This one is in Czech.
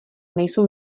nejsou